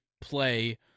play